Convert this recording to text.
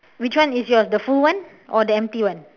which one is yours the full one or the empty one